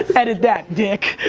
edit that, dick.